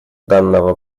данного